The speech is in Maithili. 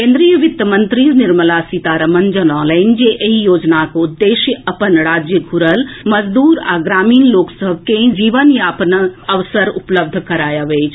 केन्द्रीय वित्त मंत्री निर्मला सीतारमन जनौलनि जे एहि योजनाक उद्देश्य अपन राज्य घूरल मजदूर आ ग्रामीण लोक सभ के जीवनयापनक अवसर उपलब्ध करायब अछि